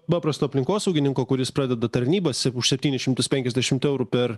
paprasto aplinkosaugininko kuris pradeda tarnybas už septynis šimtus penkiasdešimt eurų per